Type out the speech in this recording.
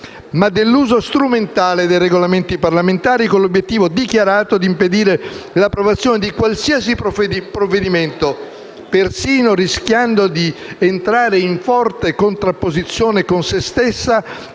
ma nell'uso strumentale dei Regolamenti parlamentari con l'obiettivo dichiarato di impedire l'approvazione di qualsiasi provvedimento, persino rischiando di entrare in forte contrapposizione con se stessa,